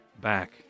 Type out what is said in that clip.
back